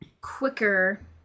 quicker